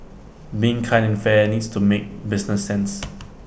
being kind and fair needs to make business sense